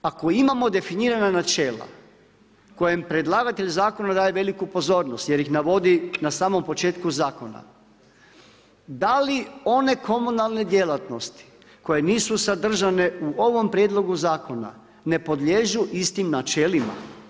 Ako imamo definirana načela kojem predlagatelj zakona daje veliku pozornost jer ih navodi na samom početku zakona, da li one komunalne djelatnosti koje nisu sadržane u ovom prijedlogu zakona ne podliježu istim načelima?